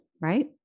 right